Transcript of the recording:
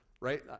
right